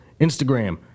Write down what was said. Instagram